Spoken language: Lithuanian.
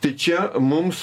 tai čia mums